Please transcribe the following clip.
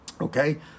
Okay